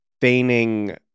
feigning